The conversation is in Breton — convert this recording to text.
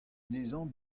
dezhañ